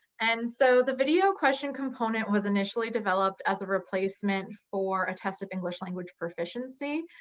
and so the video question component was initially developed as a replacement for a test of english language proficiency,